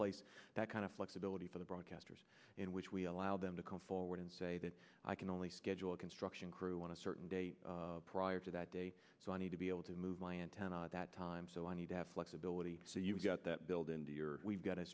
place that kind of flexibility for the broadcasters in which we allow them to come forward and say that i can only schedule a construction crew on a certain date prior to that date so i need to be able to move my antenna at that time so i need to have flexibility so you've got that build into your we've got